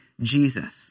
Jesus